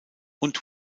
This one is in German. und